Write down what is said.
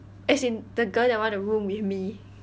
as in the girl that want to room with me